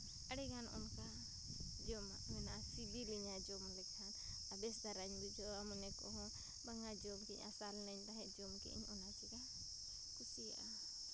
ᱟᱹᱰᱤᱜᱟᱱ ᱚᱱᱠᱟ ᱡᱚᱢᱟᱜ ᱢᱮᱱᱟᱜᱼᱟ ᱥᱤᱵᱤᱞᱤᱧᱟ ᱡᱚᱢ ᱞᱮᱠᱷᱟᱱ ᱟᱨ ᱵᱮᱥ ᱫᱷᱟᱨᱟᱧ ᱵᱩᱡᱷᱟᱹᱣᱟ ᱢᱚᱱᱮ ᱠᱚᱦᱚᱸ ᱵᱟᱝᱟ ᱡᱚᱢ ᱠᱮᱜᱼᱟᱹᱧ ᱟᱥᱟ ᱞᱤᱱᱟᱹᱧ ᱛᱟᱦᱮᱸᱜ ᱡᱚᱢ ᱠᱮᱜᱼᱟᱹᱧ ᱚᱱᱟ ᱪᱮᱠᱟᱧ ᱠᱩᱥᱤᱭᱟᱜᱼᱟ